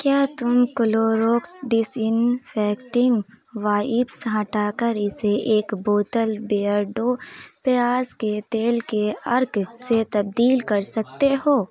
کیا تم Clorox disinfecting wipes ہٹا کر اسے ایک بوتل بیئرڈو پیاز کے تیل کے عرق سے تبدیل کر سکتے ہو